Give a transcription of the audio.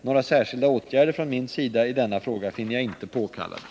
Några särskilda åtgärder från min sida i denna fråga finner jag inte påkallade.